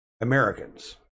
Americans